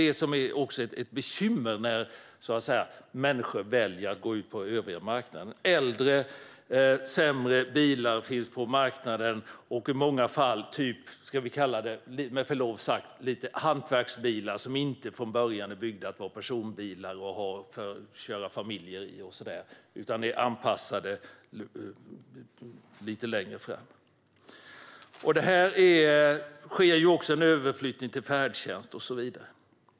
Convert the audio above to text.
Det är ett bekymmer när människor väljer att gå ut på den övriga marknaden. Äldre sämre bilar finns på marknaden. I många fall är det vad vi med förlov sagt kan kalla lite hantverksmässiga bilar som inte från början är byggda för att vara personbilar och köra familjer i, utan de har anpassats lite längre fram. Det sker också en överflyttning till färdtjänst och så vidare.